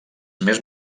més